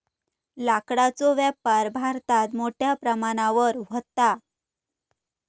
लाकडाचो व्यापार भारतात मोठ्या प्रमाणावर व्हता